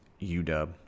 UW